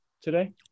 today